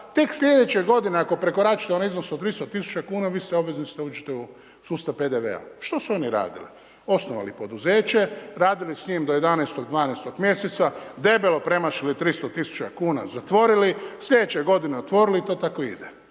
tek slijedeće godine ako prekoračite onaj iznos od 200 000 kuna, vi ste obvezni da uđete u sustav PDV-a. što su oni uradili? Osnovali poduzeće, radili s njim do 11., 12. mj., debelo premašili 300 000 kuna, zatvorili, slijedeće godine otvorili i to tako ide.